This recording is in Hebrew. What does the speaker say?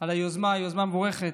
על היוזמה, יוזמה מבורכת.